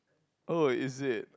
oh is it